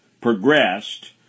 progressed